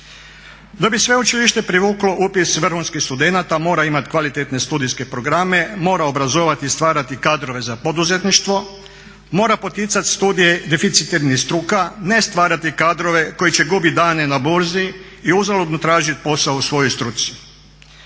Da bi sveučilište privuklo upis vrhunskih studenata, mora imati kvalitetne studijske programe, mora obrazovati, stvarati kadrove za poduzetništvo, mora poticati studije deficitarnih struka, ne stvarati kadrove koji će gubiti dane na burzi i uzaludno tražiti posao u svojoj struci.